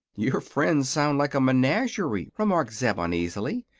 your friends sound like a menagerie, remarked zeb, uneasily.